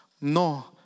no